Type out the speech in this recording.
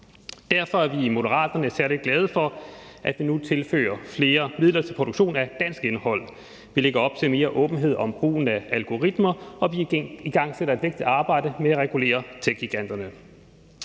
Derfor er vi i Moderaterne særlig glade for, at vi nu tilfører flere midler til produktion af dansk indhold. Vi lægger op til mere åbenhed om brugen af algoritmer, og vi igangsætter et vigtigt arbejde med at regulere techgiganterne.